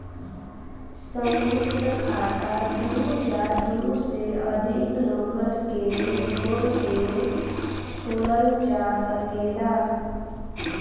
संयुक्त खाता दू या दू से अधिक लोगन के जोड़ के खोलल जा सकेला